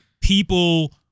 people